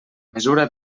mesura